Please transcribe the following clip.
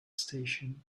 station